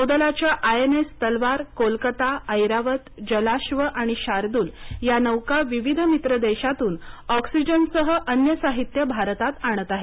नौदलाच्या आयएनएस तलवारकोलकाताऐरावतजलाश्व आणि शार्द्रल या नौका विविध मित्र देशातून ऑक्सीजनसह अन्य साहित्य भारतात आणत आहेत